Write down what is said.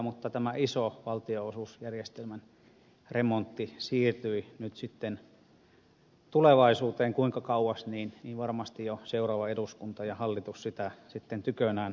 mutta tämä iso valtionosuusjärjestelmän remontti siirtyi nyt sitten tulevaisuuteen kuinka kauas niin varmasti jo seuraava eduskunta ja hallitus sitä sitten tykönään arvioi